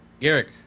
Garrick